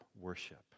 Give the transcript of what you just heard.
worship